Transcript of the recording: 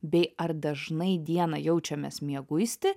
bei ar dažnai dieną jaučiamės mieguisti